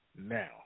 now